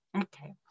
Okay